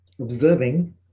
observing